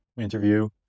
interview